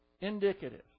indicative